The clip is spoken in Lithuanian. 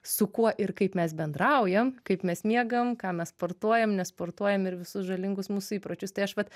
su kuo ir kaip mes bendraujam kaip mes miegam ką mes sportuojam nesportuojam ir visus žalingus mūsų įpročius tai aš vat